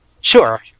Sure